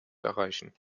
erreichen